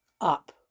up